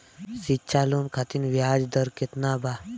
शिक्षा लोन खातिर ब्याज दर केतना बा?